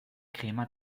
krämer